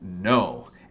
no